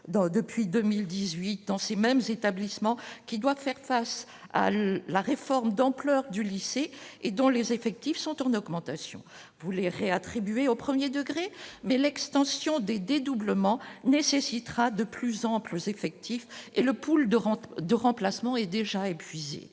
d'depuis 2018 dans ces mêmes établissements qui doivent faire face à la réforme d'ampleur du lycée et dont les effectifs sont en augmentation, vous lirez au 1er degré mais l'extension des dédoublements nécessitera de plus en plus effectif et le pool de rentes de remplacement est déjà épuisé